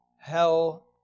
hell